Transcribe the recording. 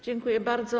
Dziękuję bardzo.